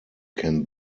can